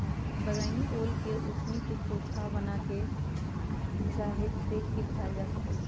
बइगनी ओल के उसीन क, चोखा बना कऽ चाहे सेंक के खायल जा सकइ छै